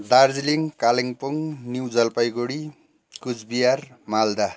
Darjeeling Kalimpong new Jalpaiguri Coochbehar Malda